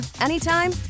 anytime